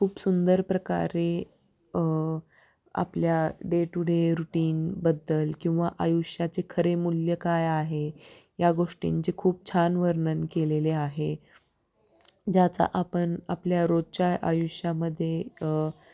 खूप सुंदर प्रकारे आपल्या डे टू डे रूटीनबद्दल किंवा आयुष्याचे खरे मूल्य काय आहे या गोष्टींचे खूप छान वर्णन केलेले आहे ज्याचा आपण आपल्या रोजच्या आयुष्यामध्ये